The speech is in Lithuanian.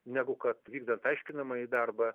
negu kad vykdant aiškinamąjį darbą